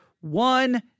one